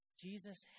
Jesus